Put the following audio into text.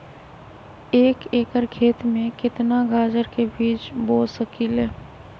एक एकर खेत में केतना गाजर के बीज बो सकीं ले?